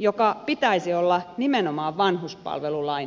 jonka pitäisi olla nimenomaan vanhuspalvelulain ydintä